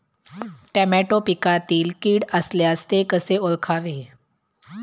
Tomato पिकातील कीड असल्यास ते कसे ओळखायचे?